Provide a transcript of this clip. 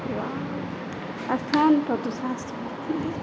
अस्थान